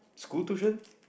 school tuition